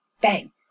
bang